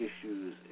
issues